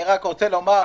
אני רק רוצה לומר,